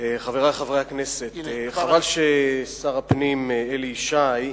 חברי חברי הכנסת, חבל ששר הפנים אלי ישי,